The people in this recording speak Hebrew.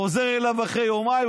חוזר אליו אחרי יומיים,